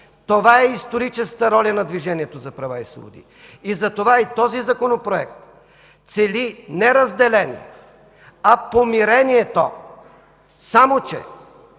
Това е историческата роля на Движението за права и свободи. Затова и този Законопроект цели не разделение, а помирението, само че